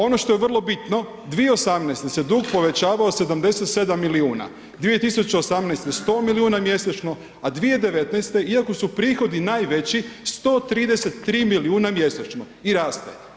Ono što je vrlo bitno 2018. se dug povećavao 77 milijuna, 2018. 100 milijuna mjesečno a 2019. iako su prihodi najveći 133 milijuna mjesečno i raste.